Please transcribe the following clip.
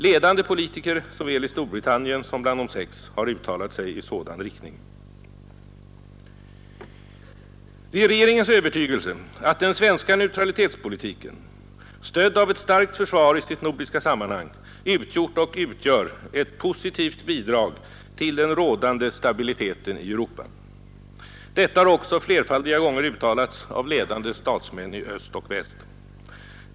Ledande politiker, såväl i Storbritannien som bland De sex, har uttalat sig i sådan riktning. Det är regeringens övertygelse att den svenska neutralitetspolitiken, stödd av ett starkt försvar, i sitt nordiska sammanhang utgjort och utgör ett positivt bidrag till den rådande stabiliteten i Europa. Detta har också flerfaldiga gånger uttalats av ledande statsmän i öst och väst.